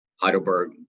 Heidelberg